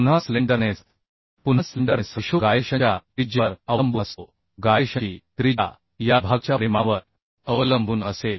पुन्हा slenderness ratio गायरेशनच्या त्रिज्येवर अवलंबून असतो गायरेशनची त्रिज्या या विभागाच्या परिमाणावर अवलंबून असेल